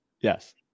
Yes